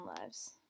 lives